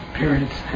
parents